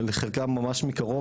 חלקם ממש מקרוב,